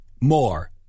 more